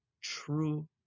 true